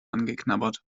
angeknabbert